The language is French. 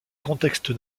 contexte